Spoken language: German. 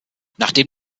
nachdem